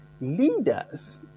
leaders